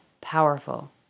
powerful